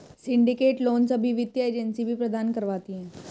syndicate loan सभी वित्तीय agency भी प्रदान करवाती है